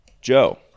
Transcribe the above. Joe